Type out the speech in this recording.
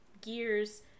gears